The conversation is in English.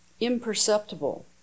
imperceptible